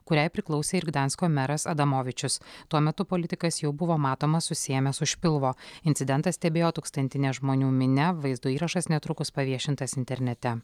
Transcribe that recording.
kuriai priklausė ir gdansko meras adamovičius tuo metu politikas jau buvo matomas susiėmęs už pilvo incidentą stebėjo tūkstantinė žmonių minia vaizdo įrašas netrukus paviešintas internete